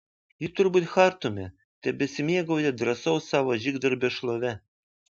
ji turbūt chartume tebesimėgauja drąsaus savo žygdarbio šlove